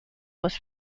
was